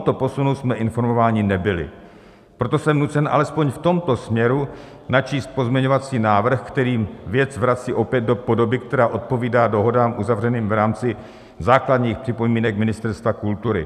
O tomto posunu jsme informováni nebyli, proto jsem nucen alespoň v tomto směru načíst pozměňovací návrh, který věc vrací opět do podoby, která odpovídá dohodám uzavřeným v rámci základních připomínek Ministerstva kultury.